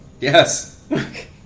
Yes